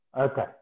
Okay